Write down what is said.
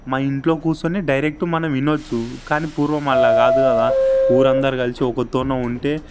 మా ఇంట్లో కూసుని డైరెక్ట్ మనం వినచ్చు కాని పూర్వం అలా కాదు కదా ఊరందరూ కలిసి ఒకతోన ఉంటే